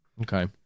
Okay